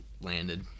landed